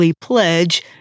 pledge